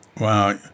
Wow